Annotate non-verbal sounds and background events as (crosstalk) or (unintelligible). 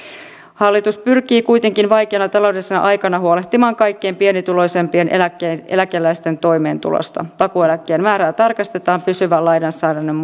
hallitus pyrkii kuitenkin vaikeana taloudellisena aikana huolehtimaan kaikkein pienituloisimpien eläkeläisten toimeentulosta takuueläkkeen määrä tarkistetaan pysyvän lainsäädännön (unintelligible)